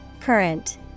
Current